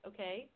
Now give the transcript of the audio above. Okay